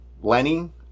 Lenny